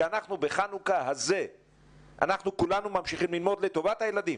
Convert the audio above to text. שאנחנו בחנוכה הזה כולנו ממשיכים ללמוד לטובת הילדים.